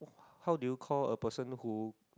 how do you called a person who